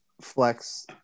flex